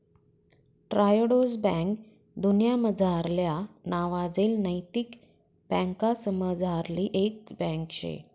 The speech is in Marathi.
ट्रायोडोस बैंक दुन्यामझारल्या नावाजेल नैतिक बँकासमझारली एक बँक शे